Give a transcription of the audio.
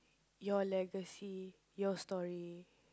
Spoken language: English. your legacy your story